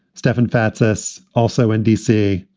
stefan fatsis. also in d c.